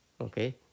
Okay